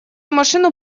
машину